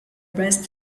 best